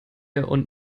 und